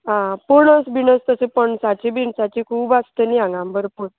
आं पणस बीणस तशें पणसाची बिणसाची खूब आसतली हांगा भरपूर